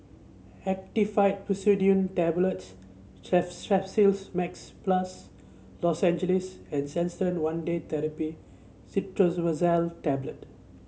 Actifed Pseudoephedrine Tablets Max Plus Lozenges and Canesten One Day Therapy Clotrimazole Tablet